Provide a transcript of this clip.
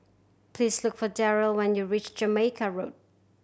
please look for Darrell when you reach Jamaica Road